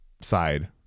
side